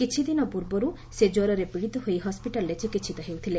କିଛିଦିନ ପୂର୍ବରୁ ସେ କ୍ୱରରେ ପୀଡ଼ିତ ହୋଇ ହସ୍କିଟାଲ୍ରେ ଚିକିହିତ ହେଉଥିଲେ